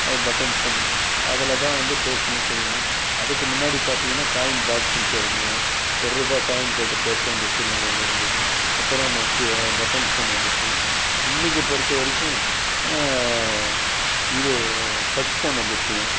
button phone அதில் தான் வந்து பேசணும் செய்யணும் அதுக்கு முன்னாடி பார்த்திங்கன்னா காயின் பாக்ஸ்ன்ட்டு இருந்தது ஒரு ரூபா காயின் போட்டு பேச வேண்டிய சூழ்நிலையில் இருந்தது அப்புறம் கே பட்டன் ஃபோன் வந்திச்சு இன்றைக்கு பொருத்தவரைக்கும் இது டச் ஃபோன் வந்துருச்சுங்க